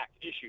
issue